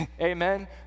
Amen